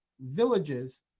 villages